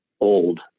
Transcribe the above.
old